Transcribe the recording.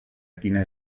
quina